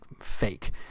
fake